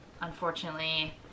unfortunately